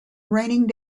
raining